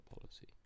policy